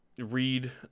read